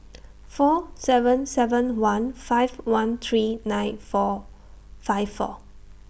four seven seven one five one three nine five four